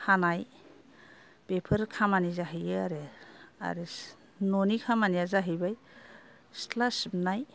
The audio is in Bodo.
हानाय बेफोर खामानि जाहैयो आरो आरो न'नि खामानिया जाहैबाय सिथला सिबनाय